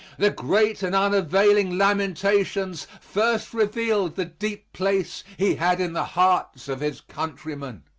the great and unavailing lamentations first revealed the deep place he had in the hearts of his countrymen.